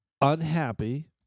Unhappy